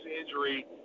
injury